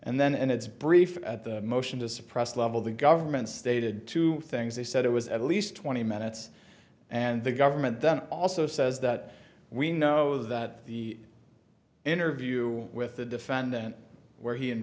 and then and it's brief motion to suppress level the government stated two things they said it was at least twenty minutes and the government then also says that we know that the interview with the defendant where he